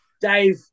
Dave